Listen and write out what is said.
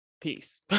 Peace